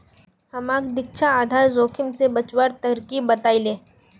हमाक दीक्षा आधार जोखिम स बचवार तरकीब बतइ ले